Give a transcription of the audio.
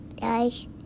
guys